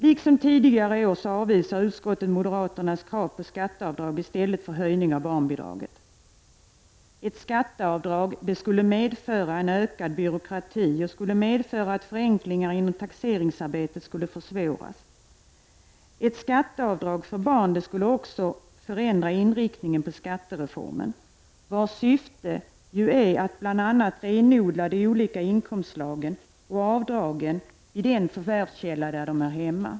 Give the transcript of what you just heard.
Liksom tidigare år avvisar utskottet moderaternas krav på skatteavdrag i stället för höjning av barnbidraget. Ett skatteavdrag skulle innebära att byråkratin ökade och att förenklingar inom taxeringsarbetet skulle försvåras. Ett skatteavdrag för barn skulle också förändra inriktningen på skattereformen, vars syfte bl.a. är att de olika inkomstslagen och avdragen skall renodlas vid den förvärvskälla där de hör hemma.